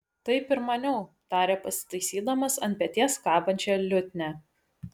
taip ir maniau tarė pasitaisydamas ant peties kabančią liutnią